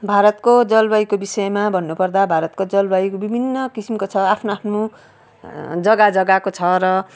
भारतको जलवायुको विषयमा भन्नु पर्दा भारतको जलवायु विभिन्न किसिमको छ आफ्नो आफ्नो जगा जगाको छ र